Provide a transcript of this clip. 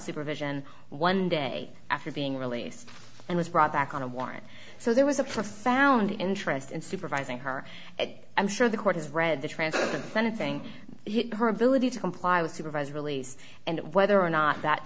super vision one day after being released and was brought back on a warrant so there was a profound interest in supervising her i'm sure the court has read the transcript of the senate thing hit her ability to comply with supervised release and whether or not that